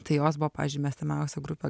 tai jos buvo pavyzdžiui mėgstamiausia grupė